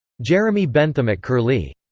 jeremy bentham at curlie